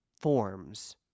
forms